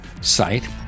site